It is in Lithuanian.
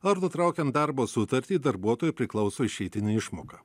ar nutraukiant darbo sutartį darbuotojui priklauso išeitinė išmoka